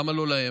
למה לא "להם"?